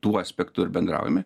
tuo aspektu ir bendraujame